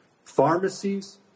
pharmacies